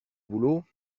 boulot